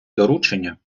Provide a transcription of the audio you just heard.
доручення